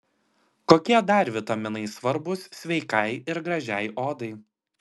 kokie dar vitaminai svarbūs sveikai ir gražiai odai